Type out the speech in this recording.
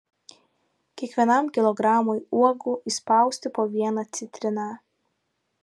kiekvienam kilogramui uogų įspausti po vieną citriną